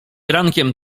rankiem